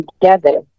together